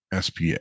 SPA